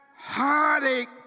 heartache